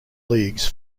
leagues